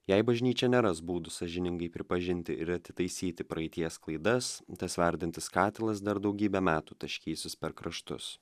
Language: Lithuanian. jei bažnyčia neras būdų sąžiningai pripažinti ir atitaisyti praeities klaidas tas verdantis katilas dar daugybę metų taškysis per kraštus